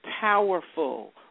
powerful